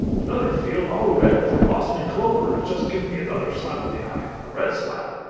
another field all red with blossoming clover has just given me another slap in the eye a red slap.